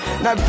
Now